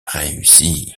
réussi